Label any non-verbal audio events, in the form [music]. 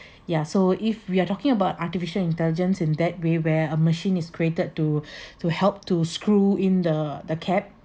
ya so if we are talking about artificial intelligence in that way where a machine is created to [breath] to help to screw in the the cap